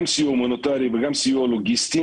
גם סיוע הומניטרי וגם סיוע לוגיסטי